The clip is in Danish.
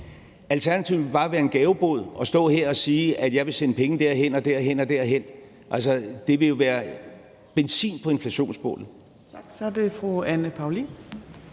Alternativet vil bare være at lave en gavebod, og at stå her og sige, at jeg vil sende penge derhen og derhen, vil jo være benzin på inflationsbålet.